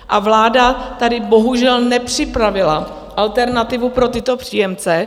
A vláda tady bohužel nepřipravila alternativu pro tyto příjemce.